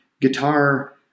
guitar